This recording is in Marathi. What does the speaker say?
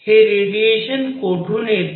हे रेडिएशन कोठून येते